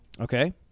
Okay